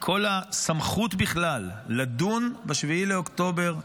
כל הסמכות בכלל לדון ב-7 לאוקטובר,